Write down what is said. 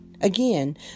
Again